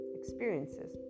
experiences